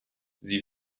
sie